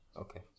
Okay